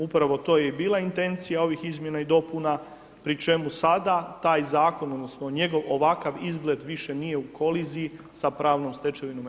Upravo to je i bila intencija ovih izmjena i dopuna, pri čemu sada, taj zakon, odnosno, njegov ovakav izgled više nije u koliziji sa pravnom stečevinom EU.